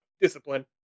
Discipline